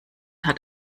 hat